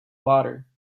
water